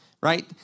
right